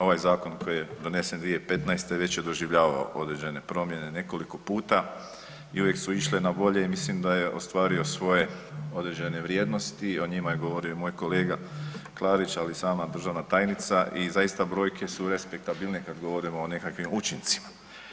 Ovaj zakon koji je donesen 2015. već je doživljavao određene promjene nekoliko puta i uvijek su išle na bolje i mislim da je ostvario svoje određene vrijednosti, o njima je govorio i moj kolega Klarić, ali i sama državna tajnica i zaista brojke su respektabilne kad govorimo o nekakvim učincima.